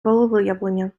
волевиявлення